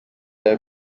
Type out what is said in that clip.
yawe